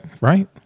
Right